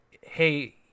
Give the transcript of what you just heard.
hey